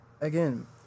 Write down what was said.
again